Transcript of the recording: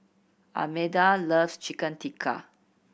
Almeda loves Chicken Tikka